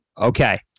Okay